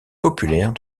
populaire